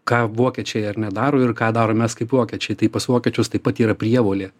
ką vokiečiai ar ne daro ir ką darom mes kaip vokiečiai tai pas vokiečius taip pat yra prievolė